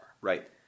Right